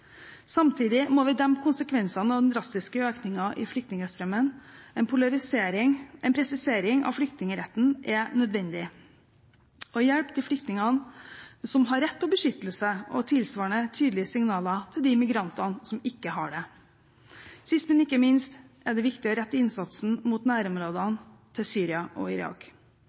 Samtidig må vi dempe konsekvensene av den drastiske økningen i flyktningstrømmen. En presisering av flyktningretten er nødvendig – å hjelpe de flyktningene som har rett til beskyttelse, og å gi tilsvarende tydelige signaler til de migrantene som ikke har det. Sist, men ikke minst er det viktig å rette innsatsen mot nærområdene